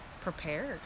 Prepared